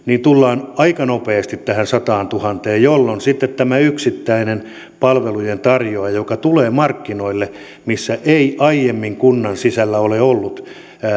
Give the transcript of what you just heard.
tullaan tähän sataantuhanteen jolloin sitten kun tämä yksittäinen palvelujen tarjoaja tulee markkinoille missä ei aiemmin kunnan sisällä ole ollut